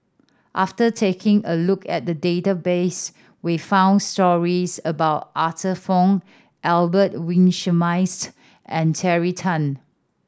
after taking a look at the database we found stories about Arthur Fong Albert Winsemius and Terry Tan